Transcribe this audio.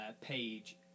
page